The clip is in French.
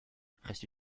reste